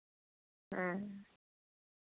ᱦᱮᱸ